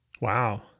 Wow